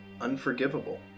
unforgivable